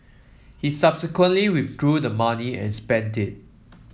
he subsequently withdrew the money and spent it